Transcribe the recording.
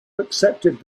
accepted